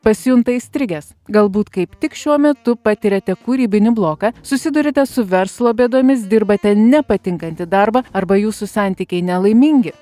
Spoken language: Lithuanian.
pasijunta įstrigęs galbūt kaip tik šiuo metu patiriate kūrybinį bloką susiduriate su verslo bėdomis dirbate nepatinkantį darbą arba jūsų santykiai nelaimingi